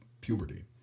puberty